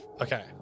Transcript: Okay